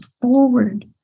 forward